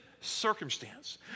circumstance